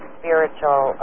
spiritual